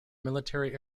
military